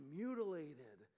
mutilated